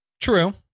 True